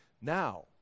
Now